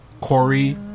Corey